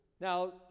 now